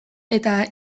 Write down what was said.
eta